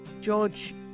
George